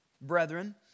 Brethren